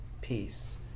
peace